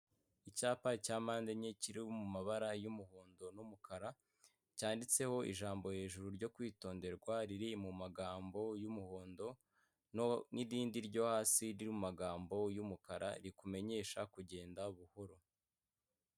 Icyapa cya mpande enye kiri mu mabara y'umuhondo n'umukara, cyanditseho ijambo hejuru ryo kwitonderwa riri mu mumagambo y'umuhondo, n'irindi ryo hasi riri mu magambo y'umukara, rikumenyesha kugenda buhoro.